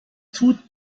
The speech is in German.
tut